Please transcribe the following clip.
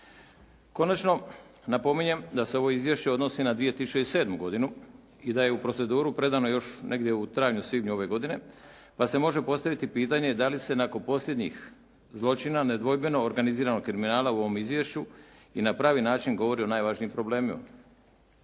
Konačno, napominjem da se ovo izvješće odnosi na 2007. godinu i da je u proceduru predano još negdje u travnju, svibnju ove godine pa se može postaviti pitanje da li se nakon posljednjih zločina nedvojbeno organiziranog kriminala u ovom izvješću i na pravi način govori o najvažnijim problemima.